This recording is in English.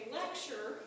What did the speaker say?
lecture